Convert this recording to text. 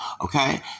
Okay